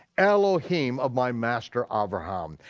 elohim of my master abraham.